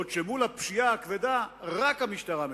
בעוד שבפשיעה הכבדה רק המשטרה מטפלת.